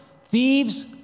thieves